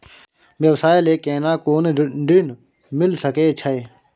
व्यवसाय ले केना कोन ऋन मिल सके छै?